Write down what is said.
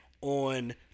on